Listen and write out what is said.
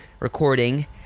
Recording